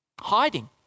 hiding